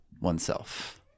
oneself